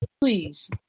Please